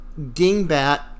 dingbat